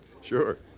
sure